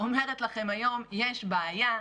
אומרת לכם היום יש בעיה.